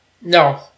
No